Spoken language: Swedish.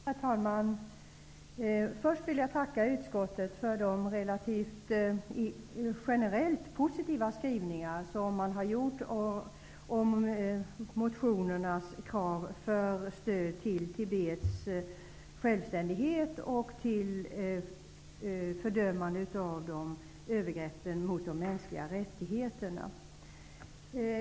Herr talman! Först vill jag tacka utskottet för de generellt sett positiva skrivningarna om motionernas krav på stöd för Tibets självständighet och för fördömande av övergreppen mot de mänskliga rättigheterna.